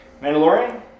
Mandalorian